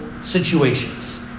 situations